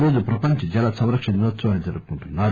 ఈరోజు ప్రపంచ జల సంరక్షణ దినోత్సవాన్ని జరుపుకుంటున్నారు